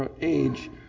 age